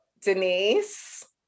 Denise